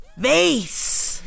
face